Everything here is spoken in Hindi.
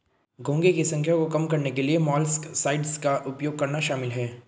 घोंघे की संख्या को कम करने के लिए मोलस्कसाइड्स का उपयोग करना शामिल है